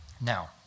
Now